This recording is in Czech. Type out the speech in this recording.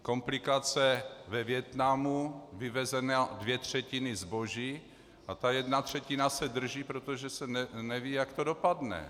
Komplikace ve Vietnamu, vyvezeny dvě třetiny zboží a jedna třetina se drží, protože se neví, jak to dopadne.